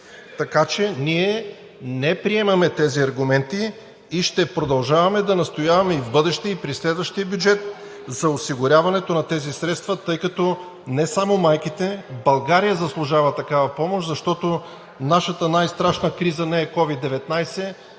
Така че ние не приемаме тези аргументи и ще продължаваме да настояваме и в бъдеще, и при следващия бюджет за осигуряването на тези средства, тъй като не само майките, България заслужава такава помощ, защото нашата най-страшна криза не е COVID-19,